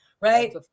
right